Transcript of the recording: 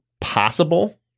possible